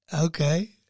Okay